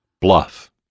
Bluff